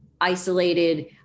isolated